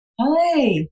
Hi